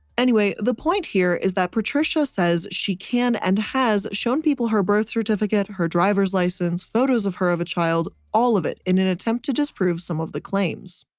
anyway, the point here is that patricia says she can and has shown people her birth certificate, her driver's license, photos of her of a child, all of it in an attempt to disprove some of the claims.